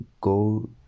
go